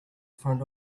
front